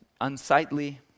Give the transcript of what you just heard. unsightly